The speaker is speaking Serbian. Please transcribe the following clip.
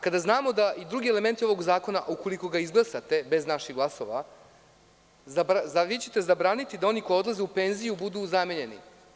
Kada znamo da i drugi elementi ovog zakona, ukoliko ga izglasate, bez naših glasova, vi ćete zabraniti da oni koji odlaze u penziju budu zamenjeni.